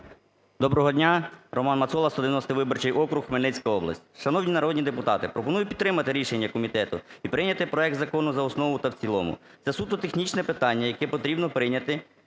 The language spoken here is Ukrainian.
Доброго дня. РоманМацола, 190 виборчий округ, Хмельницька область. Шановні народні депутати, пропоную підтримати рішення комітету і прийняти проект закону за основу та в цілому. Це суто технічне питання, яке потрібно прийняти